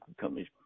companies